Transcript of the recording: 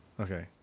Okay